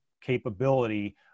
capability